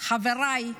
חבריי,